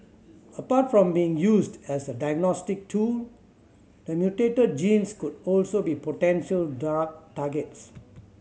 apart from being used as a diagnostic tool the mutated genes could also be potential drug targets